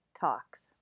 talks